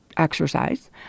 Exercise